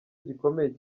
gikomeye